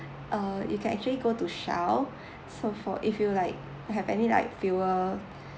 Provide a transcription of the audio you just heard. uh you can actually go to shell so for if you like have any like fuel